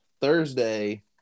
thursday